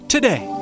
Today